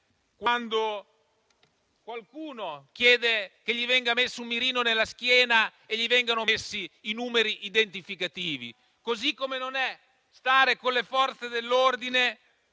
quando qualcuno chiede che gli venga messo un mirino nella schiena e gli vengano messi i numeri identificativi. Così come non è stare con le Forze dell'ordine